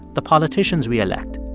the politicians we elect?